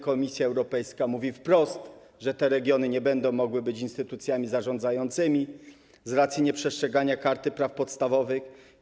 Komisja Europejska mówi wprost, że te regiony nie będą mogły być instytucjami zarządzającymi, bo nie przestrzegają Karty Praw Podstawowych.